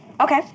Okay